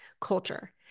culture